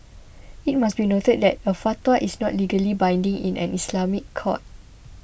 it must be noted that a fatwa is not legally binding in an Islamic court